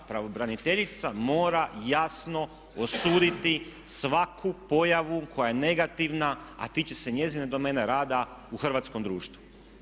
Pravobraniteljica mora jasno osuditi svaku pojavu koja je negativna a tiče se njezine domene rada u hrvatskom društvu.